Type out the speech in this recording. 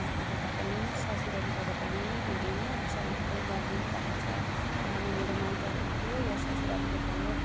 माइतीबाट पनि ससुरालीबाट पनि धेरै नै अब सहयोग चाहिँ गरिदिनु भएको छ र अब मेरो माइतको भयो या ससुरालीको भयो